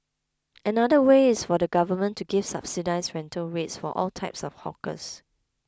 another way is for the government to give subsidised rental rates for all types of hawkers